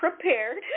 prepared